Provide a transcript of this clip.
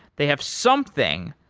they have something,